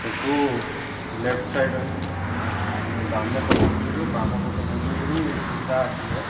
ସେଠୁ left side ବାମ ପଟେ ବୁଲିବେ ବାମ ପଟେ ବୁଲିକିରି ସିଧା ଆସିବେ